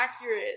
accurate